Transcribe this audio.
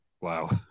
Wow